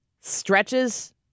stretches